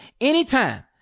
anytime